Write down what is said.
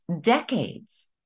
decades